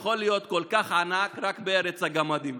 יכול להיות כל כך ענק רק בארץ הגמדים.